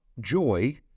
joy